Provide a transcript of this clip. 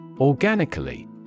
Organically